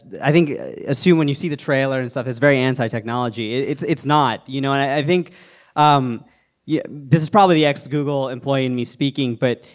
i think assume when you see the trailer and stuff that it's very anti-technology. it's it's not. you know, and i think um yeah this is probably the ex-google employee in me speaking, but,